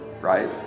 right